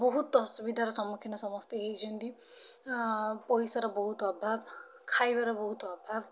ବହୁତ ଅସୁବିଧାର ସମ୍ମୁଖୀନ ସମସ୍ତେ ହେଇଛନ୍ତି ପଇସାର ବହୁତ ଅଭାବ ଖାଇବାର ବହୁତ ଅଭାବ